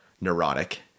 neurotic